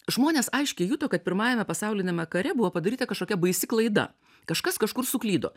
žmonės aiškiai juto kad pirmajame pasauliniame kare buvo padaryta kažkokia baisi klaida kažkas kažkur suklydo